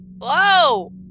Whoa